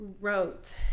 Wrote